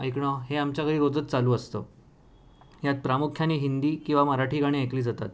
ऐकणं हे आमच्या घरी रोजच चालू असतं यात प्रामुख्याने हिंदी किंवा मराठी गाणी ऐकली जातात